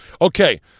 Okay